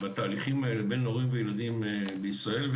בתהליכים האלה בין הורים וילדים בישראל,